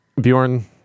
Bjorn